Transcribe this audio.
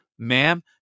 Ma'am